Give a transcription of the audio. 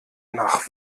nach